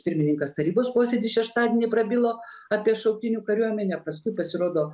pirmininkas tarybos posėdy šeštadienį prabilo apie šauktinių kariuomenę paskui pasirodo